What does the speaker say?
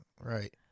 Right